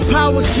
Power